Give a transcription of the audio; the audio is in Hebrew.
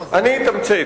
אני אתמצת,